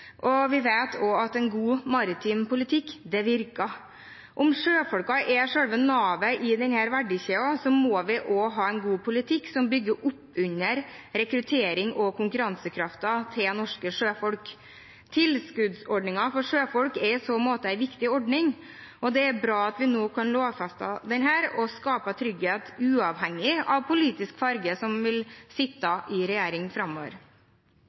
og vi vet også at en god maritim politikk virker. Om sjøfolkene er selve navet i denne verdikjeden, må vi også ha en god politikk som bygger opp under rekruttering og konkurransekraften til norske sjøfolk. Tilskuddsordningen for sjøfolk er i så måte en viktig ordning, og det er bra at vi nå kan lovfeste dette og skape trygghet, uavhengig av hvilken politisk farge som vil sitte i regjering framover.